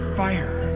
fire